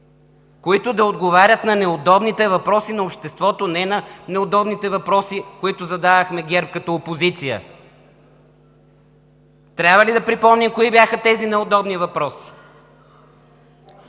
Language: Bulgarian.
които да отговарят на неудобните въпроси на обществото, не на неудобните въпроси, които задавахме от ГЕРБ като опозиция. Трябва ли да припомня кои бяха тези неудобни въпроси?